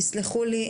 תסלחו לי.